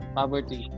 poverty